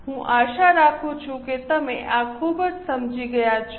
હું આશા રાખું છું કે તમે આ ખૂબ સમજી ગયા છો